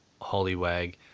Hollywag